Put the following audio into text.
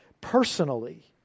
personally